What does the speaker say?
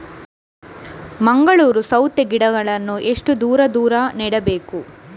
ಮಂಗಳೂರು ಸೌತೆ ಗಿಡಗಳನ್ನು ಎಷ್ಟು ದೂರ ದೂರ ನೆಡಬೇಕು?